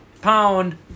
pound